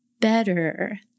better